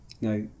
now